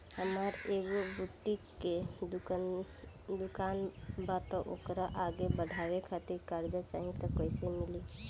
हमार एगो बुटीक के दुकानबा त ओकरा आगे बढ़वे खातिर कर्जा चाहि त कइसे मिली?